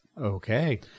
Okay